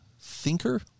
Thinker